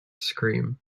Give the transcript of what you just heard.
scream